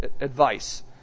advice